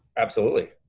absolutely.